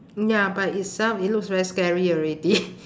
ya by itself it looks very scary already